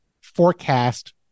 forecast